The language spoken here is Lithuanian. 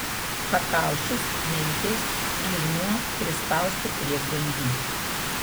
pakaušis mentės kryžmuo prispausti prie grindų